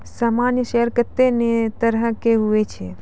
सामान्य शेयर कत्ते ने तरह के हुवै छै